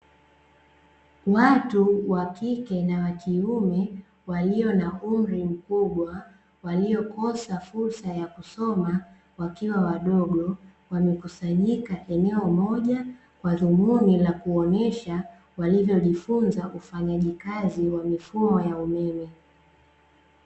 Watu wa kike na wakiume walio na umri mkubwa waliokosa fursa ya kusoma wakiwa wadogo, wamekusanyika eneo moja, kwa dhumuni la kuonesha walivyojifunza ufanyaji kazi wa mifumo ya umeme.